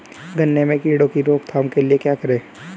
गन्ने में कीड़ों की रोक थाम के लिये क्या करें?